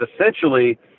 essentially